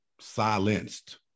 silenced